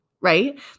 Right